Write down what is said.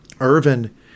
Irvin